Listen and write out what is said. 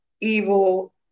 evil